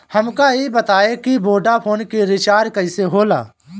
हमका ई बताई कि वोडाफोन के रिचार्ज कईसे होला?